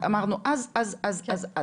אמרנו אז אז אז אז,